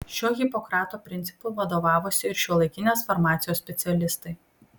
šiuo hipokrato principu vadovavosi ir šiuolaikinės farmacijos specialistai